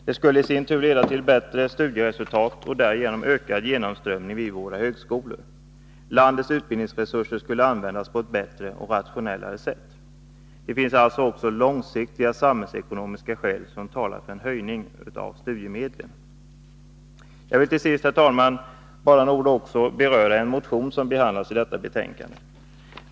Det skulle i sin tur leda till bättre studieresultat och därigenom till ökad genomströmning vid våra högskolor. Landets utbildningsresurser skulle användas på ett bättre och rationellare sätt. Det finns alltså också långsiktiga samhällsekonomiska skäl som talar för en höjning av studiemedlen. Herr talman! Till sist vill jag med bara några ord beröra en motion som behandlas i detta betänkande.